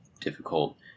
difficult